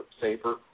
safer